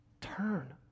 Turn